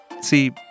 See